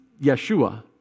Yeshua